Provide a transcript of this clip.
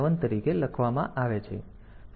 7 તરીકે લખવામાં આવશે